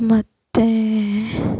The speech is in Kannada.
ಮತ್ತೆ